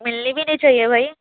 ملنی بھی نہیں چاہیے بھائی